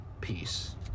Peace